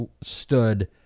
stood